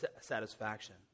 satisfaction